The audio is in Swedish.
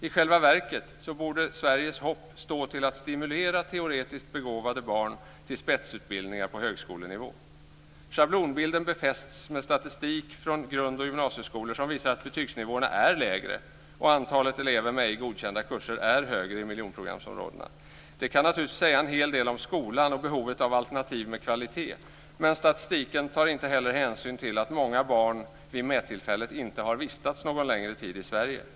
I själva verket borde Sveriges hopp stå till att stimulera teoretiskt begåvade barn till spetsutbildningar på högskolenivå. Schablonbilden befästs med statistik från grundoch gymnasieskolor som visar att betygsnivåerna är lägre och antalet elever med ej godkända kurser större i miljonprogramsområdena. Detta kan naturligtvis säga en hel del om skolan och om behovet av alternativ med kvalitet. Men statistiken tar inte heller hänsyn till att många barn vid mättillfället inte vistats en längre tid i Sverige.